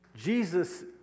Jesus